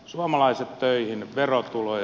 suomalaiset töihin verotuloja